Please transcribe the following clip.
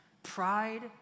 Pride